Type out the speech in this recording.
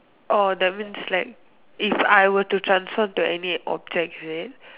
orh that means like if I were to transfer to any object is it